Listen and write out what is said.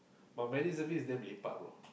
but my reservist damn lepak bro